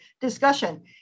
discussion